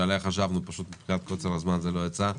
שעליה חשבנו אבל פשוט מבחינת קוצר הזמן זה לא התאפשר,